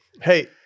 Hey